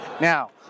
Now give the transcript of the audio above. Now